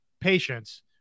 patience